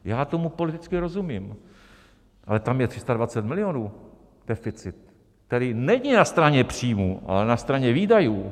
Já tomu politicky rozumím, ale tam je 320 milionů deficit, který není na straně příjmů, ale na straně výdajů.